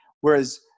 Whereas